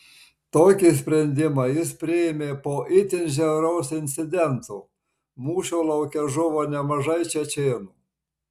tokį sprendimą jis priėmė po itin žiauraus incidento mūšio lauke žuvo nemažai čečėnų